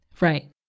Right